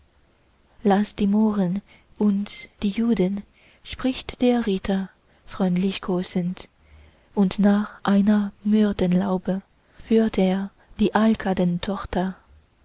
laß die mohren und die juden spricht der ritter freundlich kosend und nach einer myrtenlaube führt er die